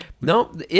No